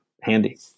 handy